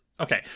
Okay